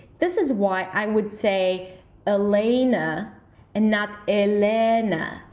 this is why i would say elena and not elena.